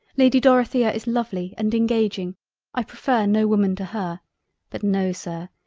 lady dorothea is lovely and engaging i prefer no woman to her but know sir,